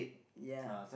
ya